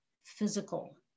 physical